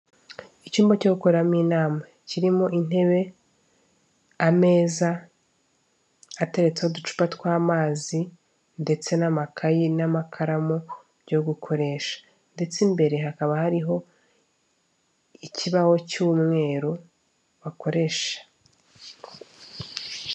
Icyumba cyo gukoreramo inama, kirimo intebe, ameza ateretseho uducupa tw'amazi ndetse n'amakayi n'amakaramu byo gukoresha ndetse imbere hakaba hariho ikibaho cy'umweru bakoresha.